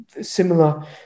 similar